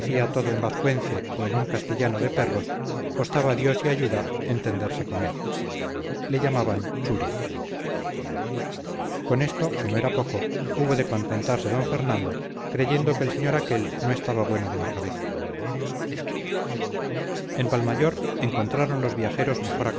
decía todo en vascuence o en un castellano de perros costaba dios y ayuda entenderse con él le llamaban churi con esto que no era poco hubo de contentarse d fernando creyendo que el señor aquel no estaba bueno de la cabeza en valmayor encontraron los viajeros mejor